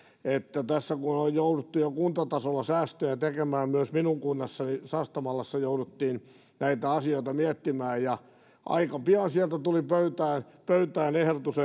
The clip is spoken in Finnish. että tässä on jouduttu jo kuntatasolla säästöjä tekemään myös minun kunnassani sastamalassa jouduttiin näitä asioita miettimään ja aika pian sieltä tuli pöytään pöytään ehdotus